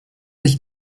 ich